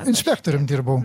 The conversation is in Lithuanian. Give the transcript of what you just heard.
inspektorium dirbau